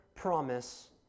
Promise